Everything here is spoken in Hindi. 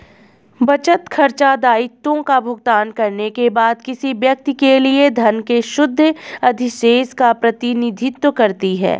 बचत, खर्चों, दायित्वों का भुगतान करने के बाद किसी व्यक्ति के लिए धन के शुद्ध अधिशेष का प्रतिनिधित्व करती है